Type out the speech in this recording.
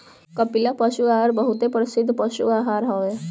कपिला पशु आहार बहुते प्रसिद्ध पशु आहार हवे